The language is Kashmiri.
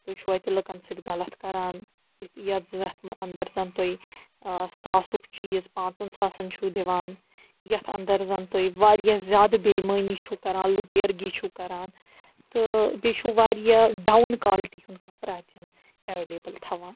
تُہۍ چھُو اَتہِ لُکَن سۭتۍ غلط کَران یِتھ یَتھ اَنٛدر زَن تۄہہِ ساسُک چیٖز پانٛژَن ساسَن چھُو دِوان یَتھ اَنٛدر زَن تُہۍ واریاہ زیادٕ بےایٖمٲنی چھُو کَران لُٹیرگی چھُو کَران تہٕ بیٚیہِ چھُ واریاہ ڈاوُن کالٹی ہُنٛد کَپرٕ اَتٮ۪ن ایٚویلیبُل تھاوان